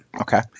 Okay